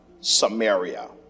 Samaria